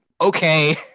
okay